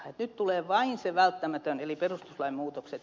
nyt tulee vain se välttämätön eli perustuslain muutokset